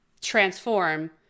transform